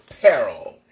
peril